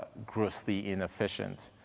grossly inefficient,